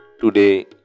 Today